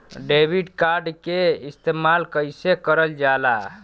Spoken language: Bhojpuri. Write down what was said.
डेबिट कार्ड के इस्तेमाल कइसे करल जाला?